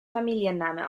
familienname